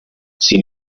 sin